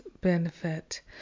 benefit